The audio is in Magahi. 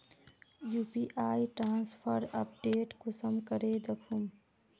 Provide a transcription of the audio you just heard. यु.पी.आई ट्रांसफर अपडेट कुंसम करे दखुम?